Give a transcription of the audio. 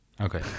Okay